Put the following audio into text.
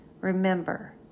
Remember